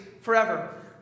forever